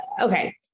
Okay